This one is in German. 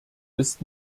ist